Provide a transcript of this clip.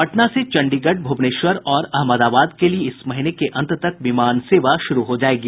पटना से चंडीगढ़ भुवनेश्वर और अहमदाबाद के लिए इस महीने के अंत तक विमान सेवा शुरू हो जायेगी